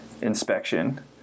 inspection